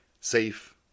safe